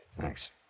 Thanks